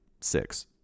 six